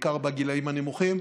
בעיקר בגילים הנמוכים,